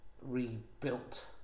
rebuilt